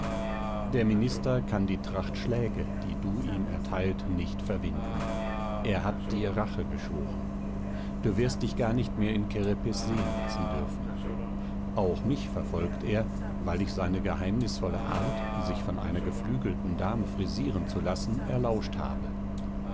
der minister kann die tracht schläge die du ihm erteilt nicht verwinden er hat dir rache geschworen du wirst dich gar nicht mehr in kerepes sehen lassen dürfen auch mich verfolgt er sehr weil ich seine geheimnisvolle art sich von einer geflügelten dame frisieren zu lassen erlauscht habe